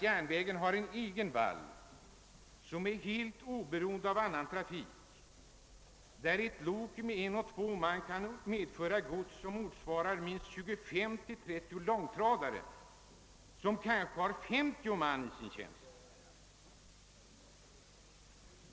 Järnvägen har ändå en egen » vall» som är helt oberoende av annan trafik, varvid ett lok med en eller två man kan medföra samma godsmängd som 25—30 långtradare med kanske 50 man i tjänst kan klara.